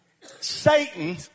Satan